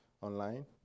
online